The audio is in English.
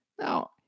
Now